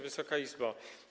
Wysoka Izbo!